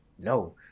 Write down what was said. No